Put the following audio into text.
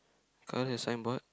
colour your sign board